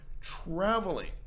traveling